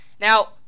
Now